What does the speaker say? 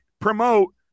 promote